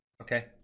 Okay